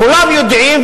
כולם יודעים,